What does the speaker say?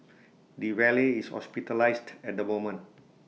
the valet is hospitalised at the moment